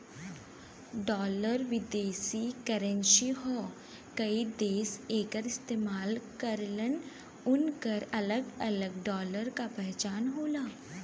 dollar विदेशी currency हौ कई देश एकर इस्तेमाल करलन उनकर अलग अलग डॉलर क पहचान होला